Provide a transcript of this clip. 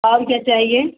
और क्या चाहिए